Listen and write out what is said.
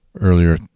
earlier